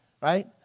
right